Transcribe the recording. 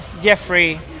Jeffrey